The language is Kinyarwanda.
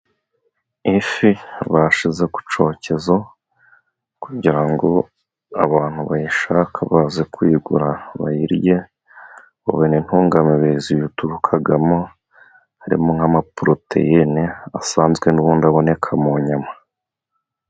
Ifi bashyize ku cokeza kugira ngo abantu bayishaka baze kuyigura bayirye babona intungamubiri ziturukagamo, harimo nk'amaporoteyine asanzwe n'ubundi aboneka mu nyama.